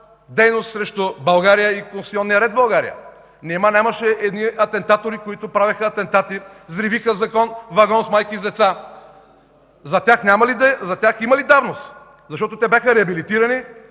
дейност срещу България и конституционния ред в България?! Нима нямаше едни атентатори, които взривиха вагон с майки с деца?! За тях има ли давност?! Защото те бяха реабилитирани,